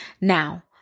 Now